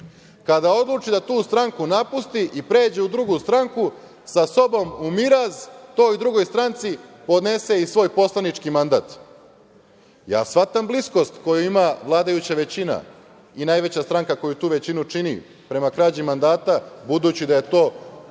kada odluči da tu stranku napusti i pređe u drugu stranku sa sobom u miraz toj drugoj stranci podnese i svoj poslanički mandat. Ja shvatam bliskost koju ima vladajuća većina i najveća stranka koja tu većinu čini prema krađi mandata, budući da je to u